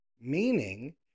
meaning